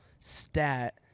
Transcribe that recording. stat